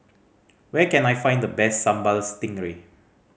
where can I find the best Sambal Stingray